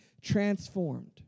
transformed